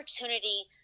opportunity